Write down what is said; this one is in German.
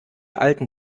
alten